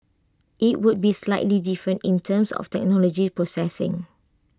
IT would be slightly different in terms of technology processing